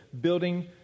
building